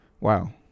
wow